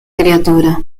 criatura